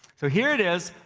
so here it is,